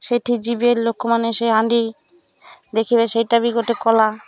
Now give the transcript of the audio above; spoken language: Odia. ସେଇଠି ଯିବେ ଲୋକମାନେ ସେ ହାଣ୍ଡି ଦେଖିବେ ସେଇଟା ବି ଗୋଟେ କଳା